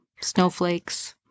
Snowflakes